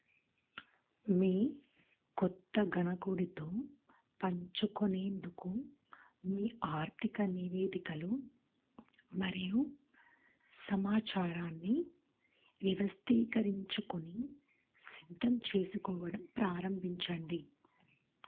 మీ కొత్త గణకుడితో పంచుకొనేందుకు మీ ఆర్థిక నివేదికలు మరియు సమాచారాన్ని వ్యవస్థీకరించుకుని సిద్ధం చేసుకోవడం ప్రారంభించండి